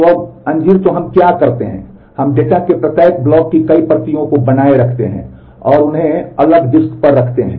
तो अब फिग तो हम क्या करते हैं हम डेटा के प्रत्येक ब्लॉक की कई प्रतियों को बनाए रखते हैं और उन्हें अलग डिस्क पर रखते हैं